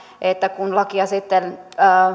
mietitään kun lakia sitten